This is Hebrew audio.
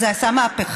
זה עשה מהפכה.